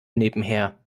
nebenher